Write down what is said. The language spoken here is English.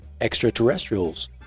extraterrestrials